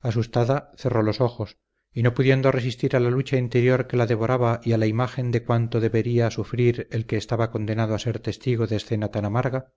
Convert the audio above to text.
asustada cerró los ojos y no pudiendo resistir a la lucha interior que la devoraba y a la imagen de cuánto debería sufrir el que estaba condenado a ser testigo de escena tan amarga